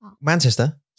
Manchester